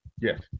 Yes